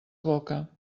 boca